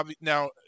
now